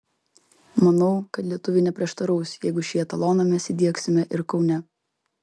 manau kad lietuviai neprieštaraus jeigu šį etaloną mes įdiegsime ir kaune